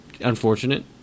unfortunate